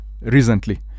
recently